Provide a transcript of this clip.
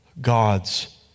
God's